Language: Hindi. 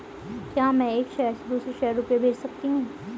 क्या मैं एक शहर से दूसरे शहर रुपये भेज सकती हूँ?